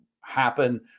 happen